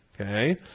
Okay